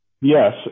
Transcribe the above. Yes